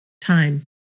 time